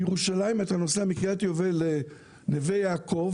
בירושלים אתה נוסע מקריית יובל לנווה יעקב,